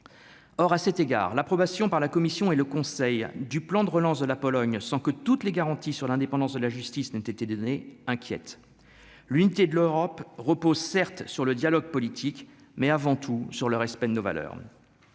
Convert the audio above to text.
or à cet égard l'approbation par la Commission et le Conseil du plan de relance de la Pologne sans que toutes les garanties sur l'indépendance de la justice n'ait été donnée inquiète l'unité de l'Europe repose certes sur le dialogue politique, mais avant tout sur le respect de nos valeurs